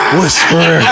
Whisper